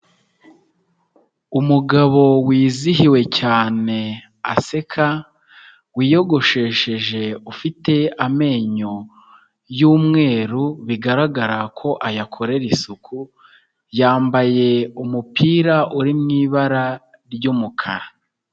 Umugabo wizihiwe cyane aseka wiyogoshesheje ufite amenyo y'umweru bigaragara ko ayakorera isuku, yambaye umupira uri mu ibara ry'umukara.